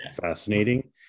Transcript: fascinating